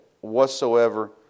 whatsoever